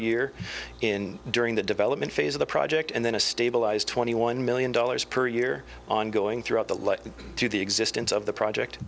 year in during the development phase of the project and then a stabilized twenty one million dollars per year ongoing throughout the letter to the existence of the project